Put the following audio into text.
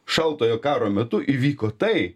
šaltojo karo metu įvyko tai